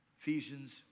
Ephesians